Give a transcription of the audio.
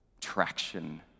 traction